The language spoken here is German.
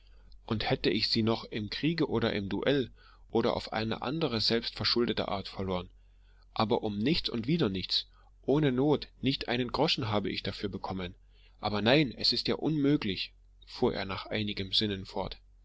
und hätte ich sie noch im kriege oder im duell oder auf eine andere selbstverschuldete art verloren aber um nichts und wieder nichts ohne not nicht einen groschen habe ich dafür bekommen aber nein es ist ja unmöglich fuhr er nach einigem sinnen fort